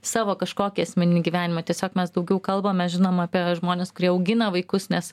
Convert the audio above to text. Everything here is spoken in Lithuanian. savo kažkokį asmeninį gyvenimą tiesiog mes daugiau kalbame žinoma apie žmones kurie augina vaikus nes